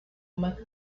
matt